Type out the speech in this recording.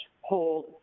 hold